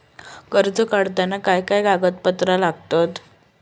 कर्ज काढताना काय काय कागदपत्रा लागतत?